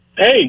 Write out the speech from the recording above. Hey